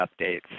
updates